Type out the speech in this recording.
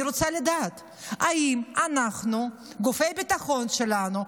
אני רוצה לדעת אם גופי הביטחון שלנו,